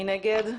מי נגד?